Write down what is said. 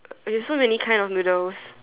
you have so many kinds of noodles